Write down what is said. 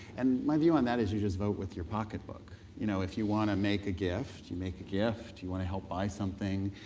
and my view on that is you just vote with your pocketbook. you know if you wanna make a gift, you make a gift, you wanna help buy something.